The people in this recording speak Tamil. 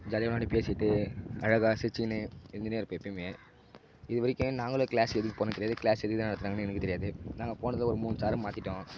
ஜாலியாக விளையாண்டு பேசிகிட்டு அழகா சிரிச்சிக்கின்னு இருந்துன்னே இருப்போம் எப்பயுமே இது வரைக்கும் நாங்களும் க்ளாஸுக்கு எதுக்கு போனோம்ன்னு தெரியாது க்ளாஸ் எதுக்கு தான் நடத்துனாங்கன்னு எனக்கு தெரியாது நாங்கள் போனதும் ஒரு மூணு சாரை மாற்றிட்டோம்